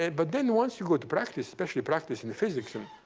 and but then once you go to practice, especially practice in physics and